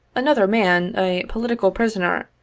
another man, a political prisoner,